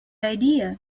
idea